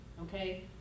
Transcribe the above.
okay